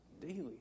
daily